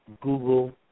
Google